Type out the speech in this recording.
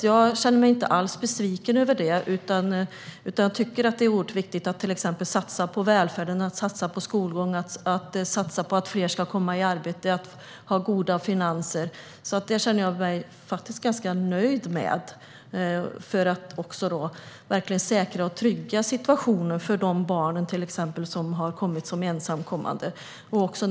Jag känner mig alltså inte alls besviken över det, utan jag tycker att det är oerhört viktigt att satsa på välfärden, skolgång, att fler ska komma i arbete och att vi ska ha goda finanser - det känner jag mig faktiskt ganska nöjd med - för att verkligen säkra och trygga situationen för till exempel de ensamkommande barnen.